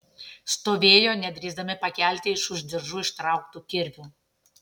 stovėjo nedrįsdami pakelti iš už diržų ištrauktų kirvių